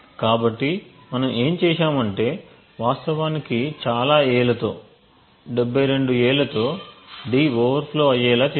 కాబట్టి మనం ఏమి చేసాము అంటే వాస్తవానికి చాలా A లతో 72 A లతో d ఓవర్ ఫ్లో అయ్యేలా చేసాము